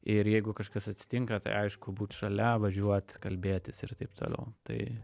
ir jeigu kažkas atsitinka tai aišku būt šalia važiuot kalbėtis ir taip toliau tai